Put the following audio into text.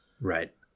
Right